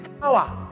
power